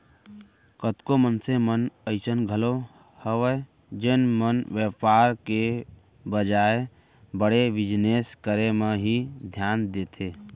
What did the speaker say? कतको मनसे मन अइसन घलौ हवय जेन मन बेपार करे के बजाय बड़े बिजनेस करे म ही धियान देथे